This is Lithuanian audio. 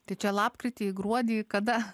tai čia lapkritį gruodį kada